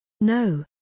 No